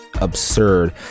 absurd